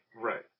Right